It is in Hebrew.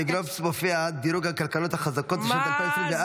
בגלובס מופיע דירוג הכלכלות החזקות לשנת 2024,